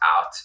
out